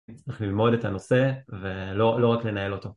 צריך ללמוד את הנושא, ולא רק לנהל אותו.